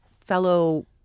fellow